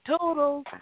total